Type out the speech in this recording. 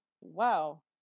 Wow